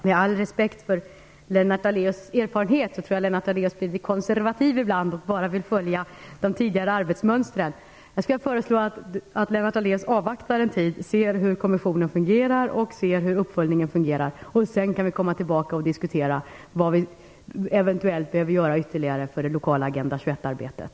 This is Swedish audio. Herr talman! Med all respekt för Lennart Daléus erfarenhet, tror jag att Lennart Daléus blir litet konservativ ibland och vill bara följa de tidigare arbetsmönstren. Jag föreslår att Lennart Daléus avvaktar en tid, ser hur kommissionen fungerar och ser hur uppföljningen fungerar. Sedan kan vi komma tillbaka och diskutera vad vi eventuellt behöver göra ytterligare för det lokala Agenda 21-arbetet.